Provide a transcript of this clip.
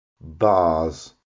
bars